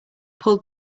pulled